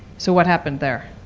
so what happened there?